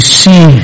see